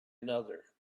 another